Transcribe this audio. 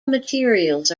materials